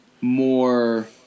more